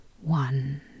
one